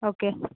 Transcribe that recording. okay